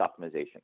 optimization